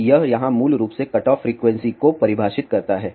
अब यह यहाँ मूल रूप से कटऑफ फ्रीक्वेंसी को परिभाषित करता है